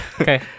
okay